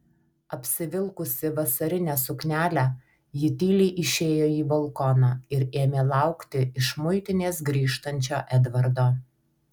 apsivilkusi vasarinę suknelę ji tyliai išėjo balkoną ir ėmė laukti iš muitinės grįžtančio edvardo